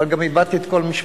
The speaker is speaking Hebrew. אבל איבדתי את כל משפחתי.